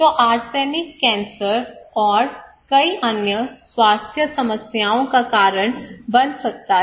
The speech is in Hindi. तो आर्सेनिक कैंसर और कई अन्य स्वास्थ्य समस्याओं का कारण बन सकता है